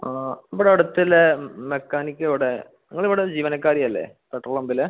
ആ ഇവിടെ അടുത്തുള്ള മെക്കാനിക്ക് ഇവിടെ നിങ്ങൾ ഇവിടെ ജീവനക്കാരിയല്ലേ പെട്രോൾ പമ്പിലെ